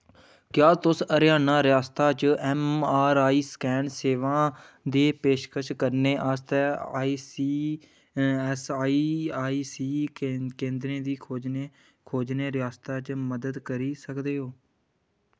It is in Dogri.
क्या तुस हरयाणा रियासता च ऐम्मआरआई स्कैन सेवाएं दी पेशकश करने आह्ले ईऐस्सआईसी केंद्रें गी खोजने खोजने रियासता च मदद करी सकदे ओ